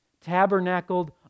tabernacled